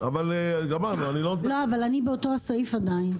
אני באותו הסעיף עדיין.